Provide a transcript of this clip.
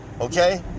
Okay